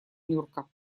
нюрка